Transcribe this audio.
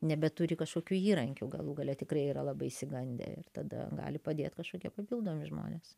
nebeturi kažkokių įrankių galų gale tikrai yra labai išsigandę ir tada gali padėt kažkokie papildomi žmonės